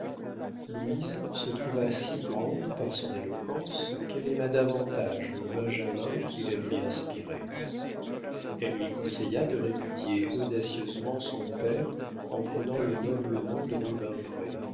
louise se trouva si grande par son éloquence qu'elle aima davantage le benjamin qui la lui inspirait elle lui conseilla de répudier audacieusement son père en prenant le noble nom de rubempré